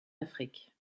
afrique